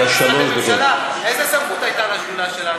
יש, איזו סמכות הייתה לשדולה שלך?